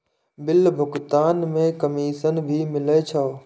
Bill भुगतान में commission भी मिले छै?